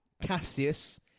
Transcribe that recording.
Cassius